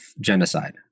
genocide